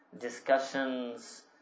discussions